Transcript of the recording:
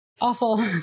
awful